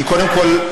אני קודם כול,